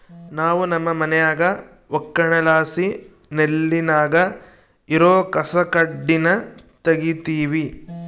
ನಾವು ನಮ್ಮ ಮನ್ಯಾಗ ಒಕ್ಕಣೆಲಾಸಿ ನೆಲ್ಲಿನಾಗ ಇರೋ ಕಸಕಡ್ಡಿನ ತಗೀತಿವಿ